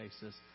basis